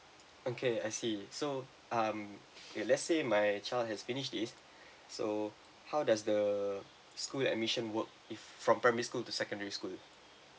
okay I see so um okay let's say my child has finish this so how does the school admission work if from primary school to secondary school